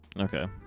Okay